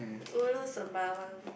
ulu sembawang